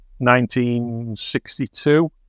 1962